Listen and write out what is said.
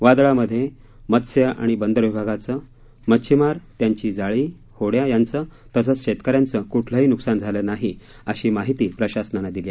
वादळामध्ये मत्स्य आणि बंदर विभागाचं मच्छिमार त्यांची जाळी होड्या यांचं तसंच शेतकऱ्यांचं क्ठलंही न्कसान झालं नाही अशी माहिती प्रशासनानं दिली